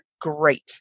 great